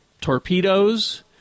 torpedoes